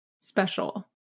special